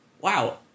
wow